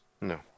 No